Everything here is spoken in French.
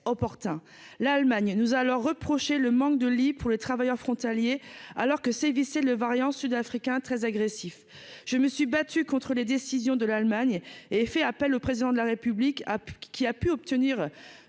l'Allemagne nous à leur reprocher le manque de lits pour les travailleurs frontaliers alors que sévissait le variant Sud-Africain très agressif, je me suis battu contre les décisions de l'Allemagne et et fait appel, le président de la République qui a pu obtenir